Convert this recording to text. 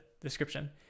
description